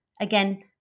Again